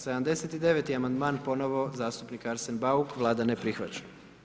79. amandman ponovno zastupnik Arsen Bauk, Vlada ne prihvaća.